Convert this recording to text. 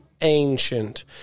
ancient